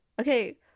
Okay